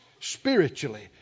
spiritually